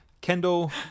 Kendall